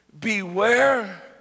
Beware